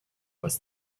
was